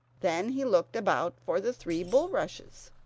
then he looked about for the three bulrushes,